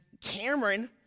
Cameron